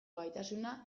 gaitasuna